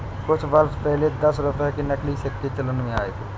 कुछ वर्ष पहले दस रुपये के नकली सिक्के चलन में आये थे